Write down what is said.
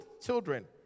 children